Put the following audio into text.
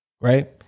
right